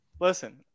Listen